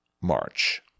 march